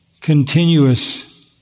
continuous